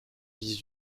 dix